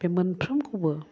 बे मोनफ्रोमखौबो